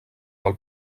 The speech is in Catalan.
del